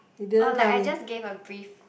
oh like I just gave a brief